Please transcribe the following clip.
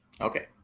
Okay